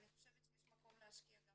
אני חושבת שיש מקום להשקיע גם בזה.